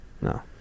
No